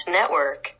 Network